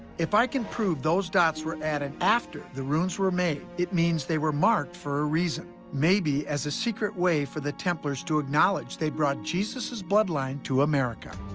if i can prove those dots were added after the runes were made, it means they were marked for a reason, maybe as a secret way for the templars to acknowledge they brought jesus' bloodline to america.